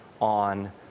on